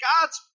God's